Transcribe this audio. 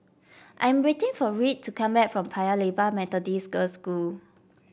I am waiting for Reed to come back from Paya Lebar Methodist Girls' School